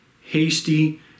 hasty